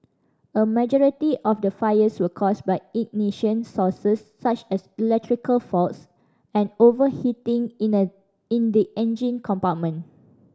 a majority of the fires were caused by ignition sources such as electrical faults and overheating in the in the engine compartment